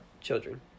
children